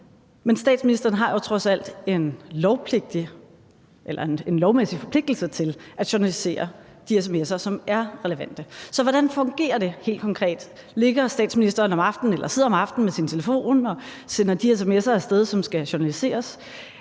Men statsministeren har jo trods alt en lovmæssig forpligtelse til at journalisere de sms'er, som er relevante. Så hvordan fungerer det helt konkret? Ligger statsministeren om aftenen eller sidder om aftenen med sin telefon og sender de sms'er af sted, som skal journaliseres?